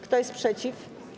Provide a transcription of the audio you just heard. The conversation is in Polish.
Kto jest przeciw?